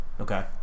Okay